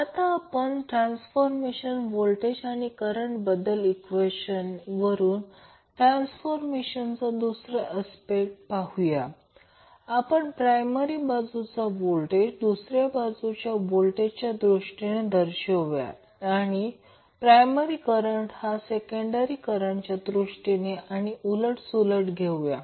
आता आपण transformer voltage आणि करंटबदल इक्वेशन वरून ट्रांसफार्मरचा दुसरा अस्पेक्ट पाहूया आपण प्रायमरी बाजूचा व्होल्टेज दुसऱ्या बाजूच्या व्होल्टेजच्या दृष्टीने दर्शऊया आणि प्रायमरी करंट हा सेकंडरी करंटच्या दृष्टीने किंवा उलट सुलट घेऊया